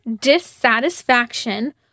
dissatisfaction